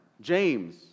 James